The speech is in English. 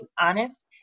honest